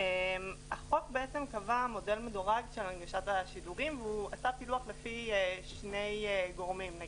החוק קבע מודל מדורג של הנגשת השידורים והוא עשה פילוח לפי שני גורמים: